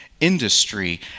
Industry